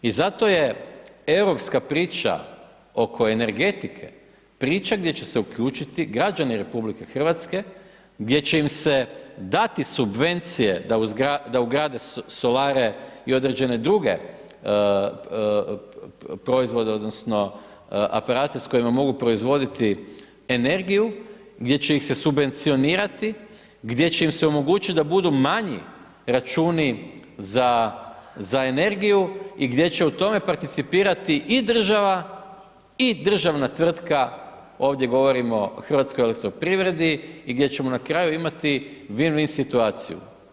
I zato je europska priča oko energetike priča gdje će se uključiti građani RH, gdje će im se dati subvencije da ugrade solare i određene druge proizvode, odnosno, aparate s kojima mogu proizvoditi energiju, gdje će se subvencionirati, gdje će im se omogućiti da budu manji računi za energiju i gdje će u tome participirati i država i državna tvrtaka, ovdje govorimo o Hrvatskoj elektroprivredi i gdje ćemo na kraju imati win-win situaciju.